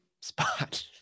spot